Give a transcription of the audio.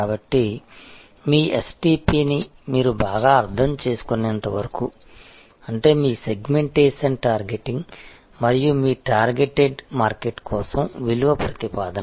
కాబట్టి మీ STP ని మీరు బాగా అర్థం చేసుకునేంత వరకు అంటే మీ సెగ్మెంటేషన్ టార్గెటింగ్ మరియు మీ టార్గెటెడ్ మార్కెట్ కోసం విలువ ప్రతిపాదన